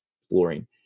exploring